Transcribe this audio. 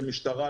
כמשטרה,